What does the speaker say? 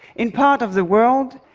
in part of the world,